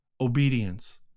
obedience